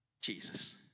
Jesus